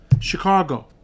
Chicago